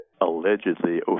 allegedly